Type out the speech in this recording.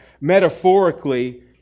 metaphorically